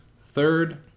third